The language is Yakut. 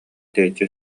тэйиччи